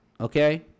okay